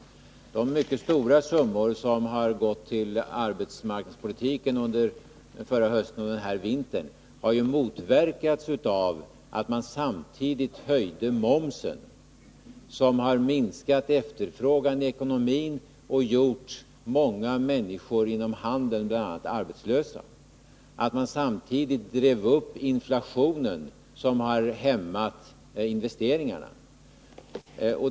Åtgärden att anslå mycket stora summor till arbetsmarknadspolitiska insatser förra hösten och denna vinter har ju motverkats av att man samtidigt höjde momsen. Det har medfört en minskad efterfrågan i ekonomin och gjort många människor, bl.a. inom handelns område, arbetslösa. Samtidigt har man drivit upp inflationen och därmed hämmat investeringsmöjligheterna.